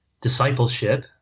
discipleship